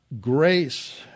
Grace